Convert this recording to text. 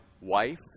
wife